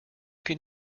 can